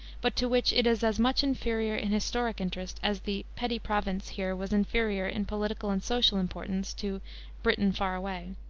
but to which it is as much inferior in historic interest as the petty province here was inferior in political and social importance to britain far away.